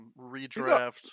redraft